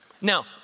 Now